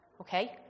Okay